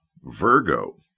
Virgo